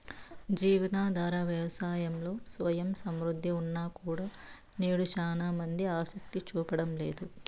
జీవనాధార వ్యవసాయంలో స్వయం సమృద్ధి ఉన్నా కూడా నేడు చానా మంది ఆసక్తి చూపడం లేదు